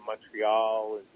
Montreal